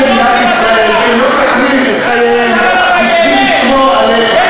מדינת ישראל שמסכנים את חייהם בשביל לשמור עליך.